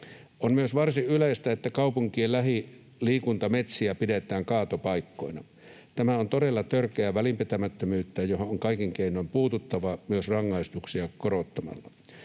On myös varsin yleistä, että kaupunkien lähiliikuntametsiä pidetään kaatopaikkoina. Tämä on todella törkeää välinpitämättömyyttä, johon on kaikin keinoin puututtava, myös rangaistuksia korottamalla.